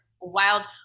wild